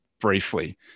briefly